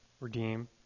redeem